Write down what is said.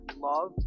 Love